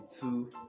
two